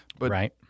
Right